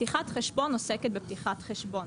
פתיחת חשבון עוסקת בפתיחת חשבון.